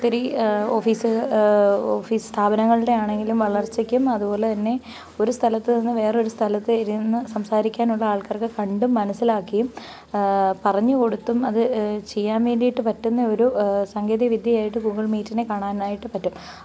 ഒത്തിരി ഓഫീസുകൾ ഓഫീസ് സ്ഥാപനങ്ങളുടെ ആണെങ്കിലും വളര്ച്ചയ്ക്കും അതുപോലെത്തന്നെ ഒരു സ്ഥലത്ത് നിന്ന് വേറൊരു സ്ഥലത്ത് ഇരുന്ന് സംസാരിക്കാനുള്ള ആള്ക്കാര്ക്ക് കണ്ടും മനസ്സിലാക്കിയും പറഞ്ഞുകൊടുത്തും അത് ചെയ്യാന് വേണ്ടിയിട്ട് പറ്റുന്ന ഒരു സാങ്കേതികവിദ്യയായിട്ട് ഗൂഗിള് മീറ്റിനെ കാണാനായിട്ട് പറ്റും